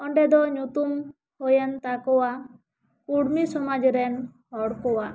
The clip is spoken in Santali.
ᱚᱸᱰᱮ ᱫᱚ ᱧᱩᱛᱩᱢ ᱦᱩᱭ ᱮᱱ ᱛᱟᱠᱚᱣᱟ ᱠᱩᱲᱢᱤ ᱥᱚᱢᱟᱡᱽ ᱨᱮᱱ ᱦᱚᱲ ᱠᱚᱣᱟᱜ